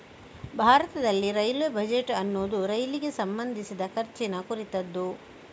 ಭಾರತದಲ್ಲಿ railway budget ಅನ್ನುದು ರೈಲಿಗೆ ಸಂಬಂಧಿಸಿದ ಖರ್ಚಿನ ಕುರಿತದ್ದು